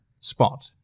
spot